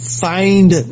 find